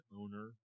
owner